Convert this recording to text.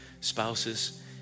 spouses